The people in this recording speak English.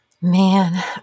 Man